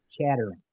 chattering